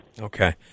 okay